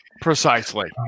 Precisely